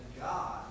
God